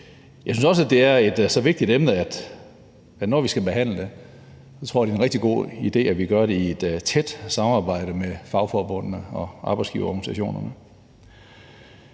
Jeg synes også, at det er et så vigtigt emne, at jeg, når vi skal behandle det, så tror, det er en rigtig god idé, at vi gør det i et tæt samarbejde med fagforbundene og arbejdsgiverorganisationerne.